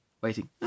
waiting